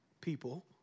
people